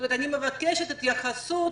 כלומר אני מבקשת התייחסות